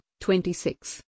26